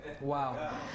Wow